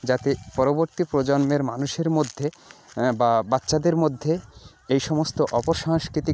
যাতে পরবর্তী প্রজন্মের মানুষের মধ্যে বা বাচ্চাদের মধ্যে এই সমস্ত অপসাংস্কৃতিক